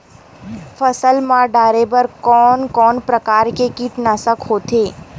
फसल मा डारेबर कोन कौन प्रकार के कीटनाशक होथे?